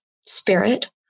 spirit